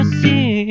see